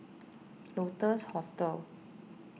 Lotus Hostel